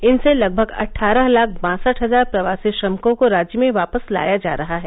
इनसे लगभग अटठारह लाख बासठ हजार प्रवासी श्रमिकों को राज्य में वापस लाया जा रहा है